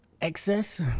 excess